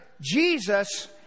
Jesus